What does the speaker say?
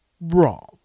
wrong